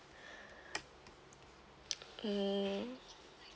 hmm